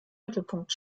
mittelpunkt